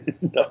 No